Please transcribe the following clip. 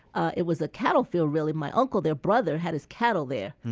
ah it was a cattle field really. my uncle their brother had his cattle there.